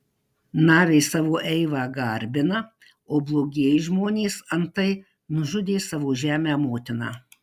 naviai savo eivą garbina o blogieji žmonės antai nužudė savo žemę motiną